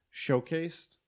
showcased